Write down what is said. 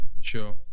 Sure